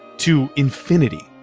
to infinity.